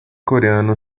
coreano